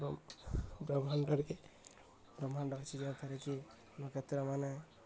ବ୍ରହ୍ମାଣ୍ଡରେକେ ବ୍ରହ୍ମାଣ୍ଡ ଅଛି ଯେଉଁଥିରେ କିି ନ କେତେରା ମାନେ